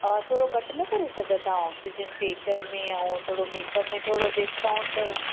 थोरो घटि न करे सघंदा ऑक्सीजन फ़ेशियल में ऐं थोरो मेकअप में थोरो डिस्काउंट